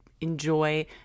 enjoy